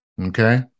Okay